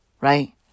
Right